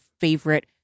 favorite